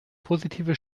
positive